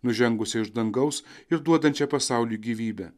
nužengusi iš dangaus ir duodančią pasauliui gyvybę